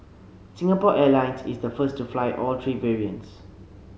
Singapore Airlines is the first to fly all three variants